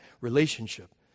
relationship